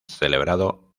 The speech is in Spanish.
celebrado